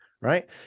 right